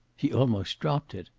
he almost dropped it.